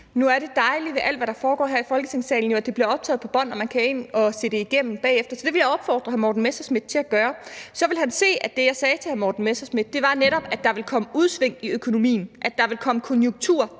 Nu er det dejligt, at alt, hvad der foregår her i Folketingssalen, bliver optaget, så man kan gå ind og se det igennem bagefter, så det vil jeg opfordre hr. Morten Messerschmidt til at gøre, for så vil han se, at det, jeg sagde til hr. Morten Messerschmidt, netop var, at der ville komme udsving i økonomien, at der ville komme konjunktursvingninger.